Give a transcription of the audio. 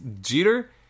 Jeter